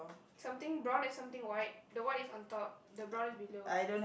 something brown and something white the white is on top the brown is below